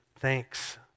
thanks